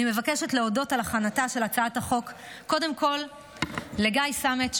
אני מבקשת להודות על הכנתה של הצעת החוק קודם כול לגיא סמט,